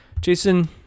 jason